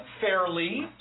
fairly